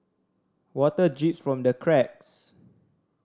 water drips from the cracks